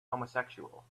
homosexual